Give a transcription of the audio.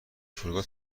فرودگاه